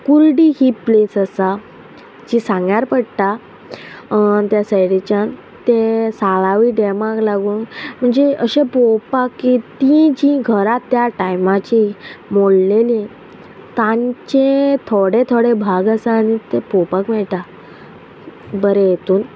कुर्डी ही प्लेस आसा जी सांग्यार पडटा त्या सायडीच्यान ते साळावली डेमाक लागून म्हणजे अशें पोवपाक की ती जी घरां त्या टायमाची मोडलेली तांचे थोडे थोडे भाग आसा आनी ते पोवपाक मेळटा बरें हेतून